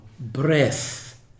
breath